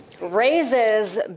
Raises